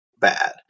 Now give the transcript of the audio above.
bad